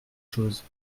chose